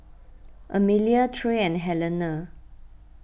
Amalia Trey and Helena